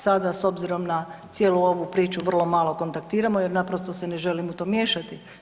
Sada s obzirom na cijelu ovu priču vrlo malo kontaktiramo jer naprosto se ne želim u to miješati.